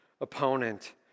opponent